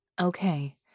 Okay